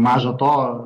maža to